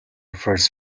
first